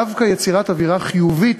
דווקא יצירת אווירה חיובית